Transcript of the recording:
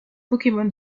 pokémon